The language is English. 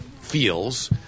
feels